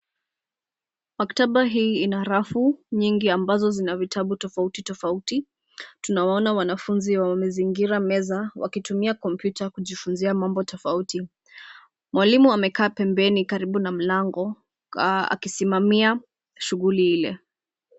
Maktaba hii ina rafu nyingi ambazo zina vitabu tofauti tofauti. Tunawaona wanafunzi wamezingira meza wakitumia kompyuta kujifunzia mambo tofauti. Mwalimu amekaa pembeni karibu na mlango akisimamia shughuli ile.